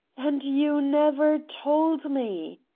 and you never told me!